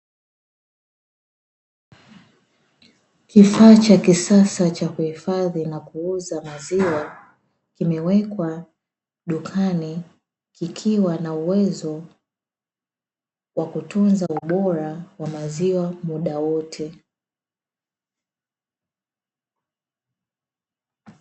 Kifaa cha kisasa cha kuhifadhi na kuuza maziwa kimekwa dukani, kikiwa na uwezo wa kutunza ubora wa maziwa muda wote.